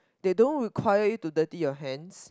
that don't require you to dirty your hands